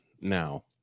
now